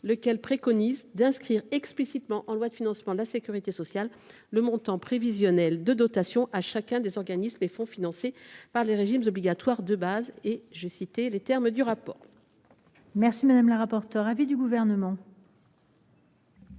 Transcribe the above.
rapport préconise d’« inscrire explicitement en loi de financement de la sécurité sociale le montant prévisionnel de dotation à chacun des organismes et fonds financés par les régimes obligatoires de base ». Quel est l’avis du Gouvernement ? Madame la rapporteure, l’avis du Gouvernement